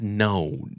known